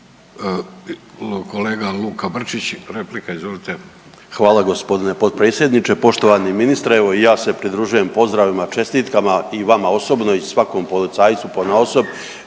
Hvala g. potpredsjedniče. Poštovani ministre, evo i ja se pridružujem pozdravima i čestitkama i vama osobno i svakom policajcu ponaosob.